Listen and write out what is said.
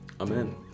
Amen